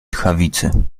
tchawicy